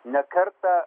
ne kartą